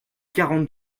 quarante